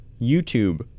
YouTube